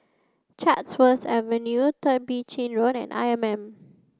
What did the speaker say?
Chatsworth Avenue Third Chin Bee Road and I M M